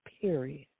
period